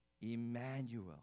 Emmanuel